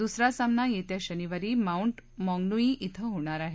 दुसरा सामना येत्या शनिवारी माऊंट मॉगंनुई श्विं होणार आहे